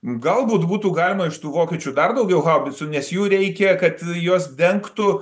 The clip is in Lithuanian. galbūt būtų galima iš tų vokiečių dar daugiau haubicų nes jų reikia kad jos dengtų